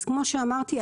כמו שאמרתי,